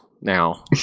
now